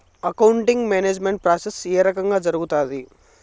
accounting management process ఏ రకంగా జరుగుతాది